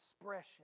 expression